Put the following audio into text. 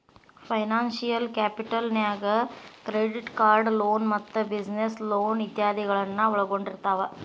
financial capital ನ್ಯಾಗ್ credit card loan ಮತ್ತ business loan ಇತಾದಿಗಳನ್ನ ಒಳ್ಗೊಂಡಿರ್ತಾವ